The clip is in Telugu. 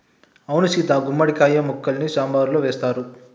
అవును సీత గుమ్మడి కాయ ముక్కల్ని సాంబారులో వేస్తారు